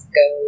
go